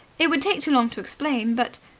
it would take too long to explain, but.